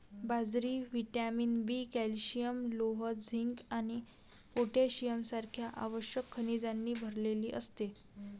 बाजरी vitamin B, calcium, लोह, zinc आणि पोटॅशियम सारख्या आवश्यक खनिजांनी भरलेली असते